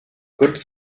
good